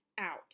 out